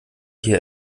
hier